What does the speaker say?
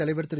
தலைவர் திரு